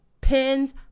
pins